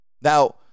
Now